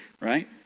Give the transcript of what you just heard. right